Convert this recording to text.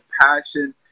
passion